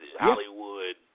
Hollywood